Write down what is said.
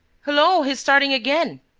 hullo, he's starting again.